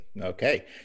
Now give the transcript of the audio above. okay